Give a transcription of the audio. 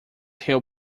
hill